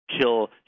kill